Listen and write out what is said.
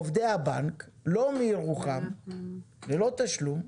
עובדי הבנק, לא מירוחם ללא תשלום,